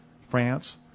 France